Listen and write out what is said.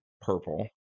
purple